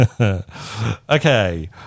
okay